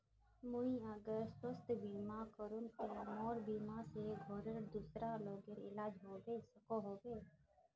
मुई अगर स्वास्थ्य बीमा करूम ते मोर बीमा से घोरेर दूसरा लोगेर इलाज होबे सकोहो होबे?